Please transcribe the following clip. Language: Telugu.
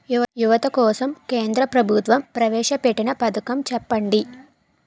యువత కోసం కేంద్ర ప్రభుత్వం ప్రవేశ పెట్టిన పథకం చెప్పండి?